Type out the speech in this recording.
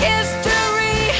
History